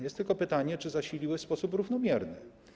Jest tylko pytanie, czy zasiliły w sposób równomierny.